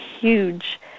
huge